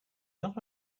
not